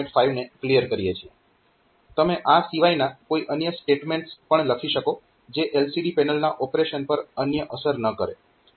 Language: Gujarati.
5 ને ક્લીયર કરીએ છીએ તમે આ સિવાયના કોઈ અન્ય સ્ટેટમેન્ટ્સ પણ લખી શકો જે LCD પેનલના ઓપરેશન પર અન્ય અસર ન કરે